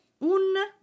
un